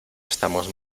estamos